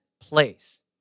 place